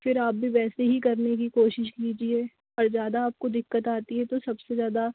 फिर आप भी वैसे ही करने की कोशिश कीजिए और ज़्यादा आपको दिक्कत आती है तो सबसे ज़्यादा